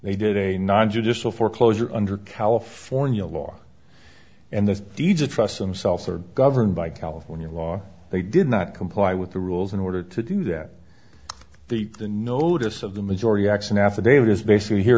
they did a non judicial foreclosure under california law and the deeds of trust themselves are governed by california law they did not comply with the rules in order to do that the the notice of the majority action affidavit is basically here